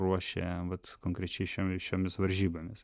ruošė vat konkrečiai šiom šiomis varžybomis